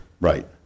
Right